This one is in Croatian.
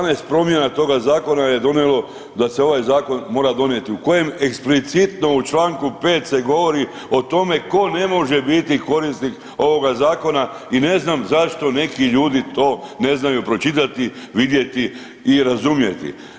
12 promjena toga zakona je donijelo da se ovaj zakon mora donijeti u kojem eksplicitno u čl. 5. se govori o tome ko ne može biti korisnik ovoga zakona i ne znam zašto neki ljudi to ne znaju pročitati, vidjeti i razumjeti.